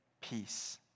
peace